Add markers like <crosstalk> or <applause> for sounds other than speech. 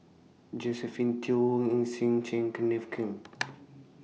Josephine Teo Ng Yi Sheng Kenneth Keng <noise>